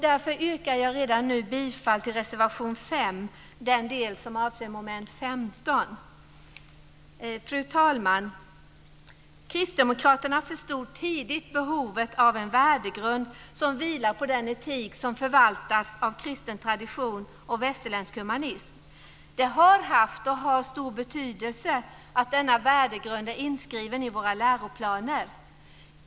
Därför yrkar jag redan nu bifall till reservation 5, den del som avser mom. 15. Fru talman! Kristdemokraterna förstod tidigt behovet av en värdegrund som vilar på den etik som förvaltats av kristen tradition och västerländsk humanism. Det har haft och har stor betydelse att denna värdegrund är inskriven i våra läroplaner.